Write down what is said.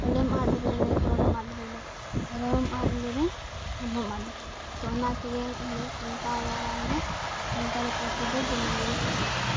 ᱚᱞᱮᱢ ᱟᱫ ᱞᱮᱨᱮ ᱨᱚᱲᱮᱢ ᱟᱫ ᱞᱮᱨᱮ ᱫᱷᱚᱨᱚᱢᱮᱢ ᱟᱫ ᱞᱮᱨᱮ ᱟᱢᱦᱚᱸᱢ ᱟᱫᱚᱜ ᱛᱚ ᱚᱱᱟ ᱛᱮᱜᱮ ᱤᱧᱫᱚ ᱥᱟᱱᱛᱟᱲ ᱟᱲᱟᱝ ᱫᱚ ᱥᱟᱱᱛᱟᱲᱤ ᱯᱟᱹᱨᱥᱤ ᱫᱚ ᱫᱚᱢᱮᱜᱤᱧ ᱠᱩᱥᱤᱭᱟᱜᱼᱟ